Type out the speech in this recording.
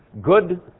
good